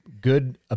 good